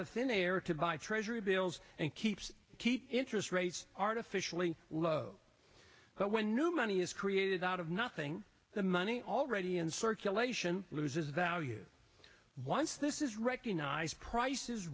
of thin air to buy treasury bills and keeps interest rates artificially low but when new money is created out of nothing the money already in circulation loses value once this is recognized prices